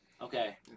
Okay